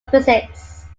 physics